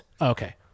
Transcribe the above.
Okay